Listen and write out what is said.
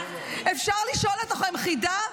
אפשר לשאול אתכם חידה?